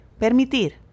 permitir